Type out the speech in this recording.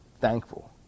thankful